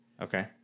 Okay